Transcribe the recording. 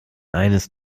eines